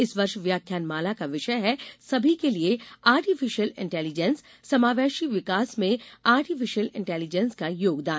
इस वर्ष व्याख्यानमाला का विषय है सभी के लिए आर्टिफिषियल इंटेलिजेंस समावेशी विकास में आर्टिफिषियल इंटेलिजेंस का योगदान